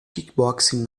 kickboxing